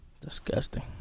Disgusting